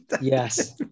Yes